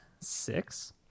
six